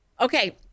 okay